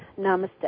Namaste